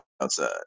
outside